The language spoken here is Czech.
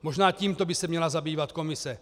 Možná tímto by se měla zabývat komise.